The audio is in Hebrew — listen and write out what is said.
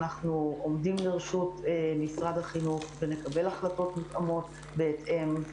אנחנו עומדים לרשות משרד החינוך ונקבל החלטות מותאמות בהתאם,